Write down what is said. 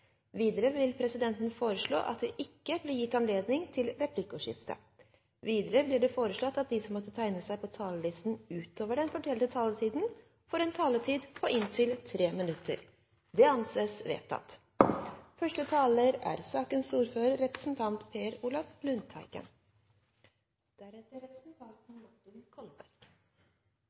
Videre vil presidenten foreslå at det ikke blir gitt anledning til replikkordskifte. Videre blir det foreslått at de som måtte tegne seg på talerlisten utover den fordelte taletid, får en taletid på inntil 3 minutter. – Det anses vedtatt. Saken gjelder priskontrollen i konsesjonsloven. Bakgrunnen er